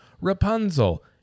Rapunzel